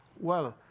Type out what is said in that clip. well,